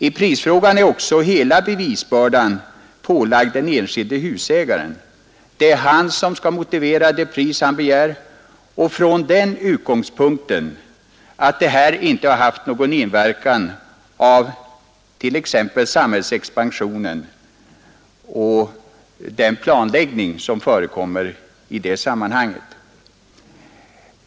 I prisfrågan är också hela bevisbördan pålagd den enskilde husägaren. Det är han som skall motivera det pris han begär och visa att detta inte har påverkats av t.ex. samhällsexpansionen och den planläggning som förekommit i sammanhanget.